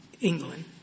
England